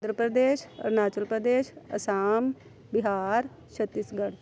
Uttar Pradesh Arunachal Pradesh Assam Bihar Chhattisgarh